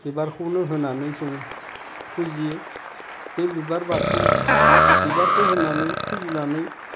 बिबारखौनो होनानै जों फुजियो बे बिबार बाथौ बिबारखौ होनानै फुजिनानै